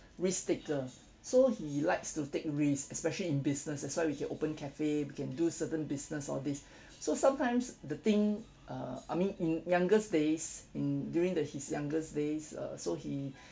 risk taker so he likes to take risk especially in business that's why we can open cafe we can do certain business all this so sometimes the thing err I mean in youngest days in during the his youngest days uh so he